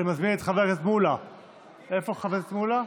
אני מזמין את חבר הכנסת מולא.